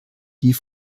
die